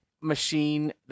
machine